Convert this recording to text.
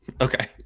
Okay